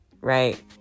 Right